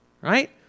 right